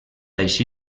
així